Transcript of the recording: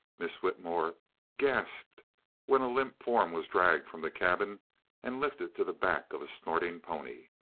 miss whitmore gasped when a limp form was dragged from the cabin and lifted to the back of a snorting pony.